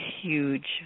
huge